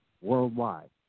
worldwide